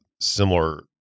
similar